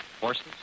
Horses